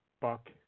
Buck